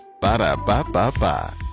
Ba-da-ba-ba-ba